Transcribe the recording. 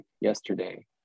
yesterday